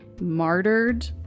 martyred